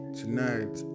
tonight